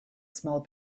small